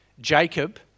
Jacob